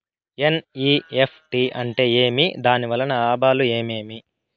NEFT అంటే ఏమి? దాని వలన లాభాలు ఏమేమి